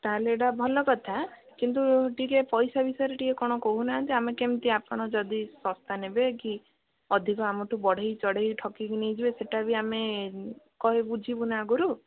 ତାହେଲେ ଏଇଟା ଭଲ କଥା କିନ୍ତୁ ଟିକିଏ ପଇସା ବିଷୟରେ ଟିକିଏ କ'ଣ କହୁନାହାନ୍ତି ଆମେ କେମିତି ଆପଣ ଯଦି ଶସ୍ତା ନେବେ କି ଅଧିକ ଆମଠୁ ବଢ଼େଇ ଚଢ଼େଇ ଠକିକି ନେଇଯିବେ ସେଟା ବି ଆମେ କହି ବୁଝିବୁନା ଆଗରୁ